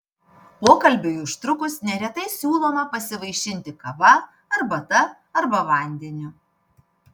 pokalbiui užtrukus neretai siūloma pasivaišinti kava arbata arba vandeniu